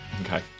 Okay